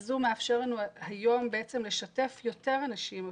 "הזום" מאפשר לנו היום לשתף יותר אנשים.